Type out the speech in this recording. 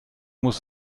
muss